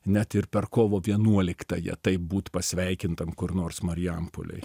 net ir per kovo vienuoliktąją taip būt pasveikintam kur nors marijampolėj